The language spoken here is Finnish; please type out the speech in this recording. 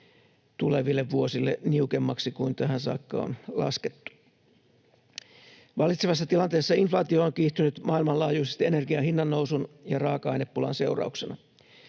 tuleville vuosille niukemmaksi kuin tähän saakka on laskettu. Vallitsevassa tilanteessa inflaatio on kiihtynyt maailmanlaajuisesti energian hinnannousun ja raaka-ainepulan seurauksena.